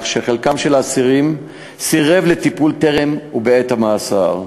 שחלק מהאסירים סירבו לטיפול טרם ובעת המאסר.